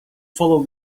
follow